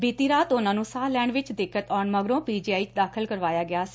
ਬੀਤੀ ਰਾਤ ਉਨਾਂ ਨੂੰ ਸਾਹ ਲੈਣ ਵਿਚ ਦਿੱਕਤ ਆਉਣ ਮਗਰੋਂ ਪੀਜੀਆਈ 'ਚ ਦਾਖਲ ਕਰਵਾਇਆ ਗਿਆ ਸੀ